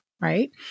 right